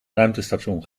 ruimtestation